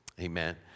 Amen